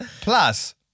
plus